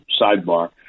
sidebar